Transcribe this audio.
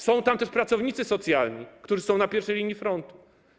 Są tam też pracownicy socjalni, którzy są na pierwszej linii frontu.